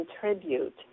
contribute